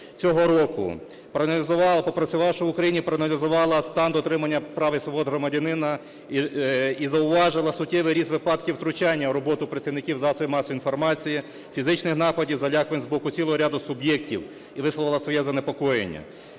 попрацювавши в Україні, проаналізувала стан дотримання прав і свобод громадянина і зауважила суттєвий ріст випадків втручання в роботу працівників засобів масової інформації, фізичних нападів, залякувань з боку цілого ряду суб'єктів і висловила своє занепокоєння.